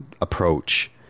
approach